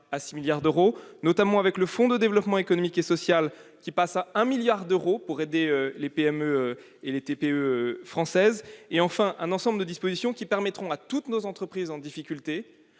à 6 milliards d'euros, et au fonds de développement économique et social, qui passe à 1 milliard d'euros pour aider les PME et les TPE françaises. Enfin, un ensemble de dispositions auront pour objet d'aider toutes nos entreprises en difficulté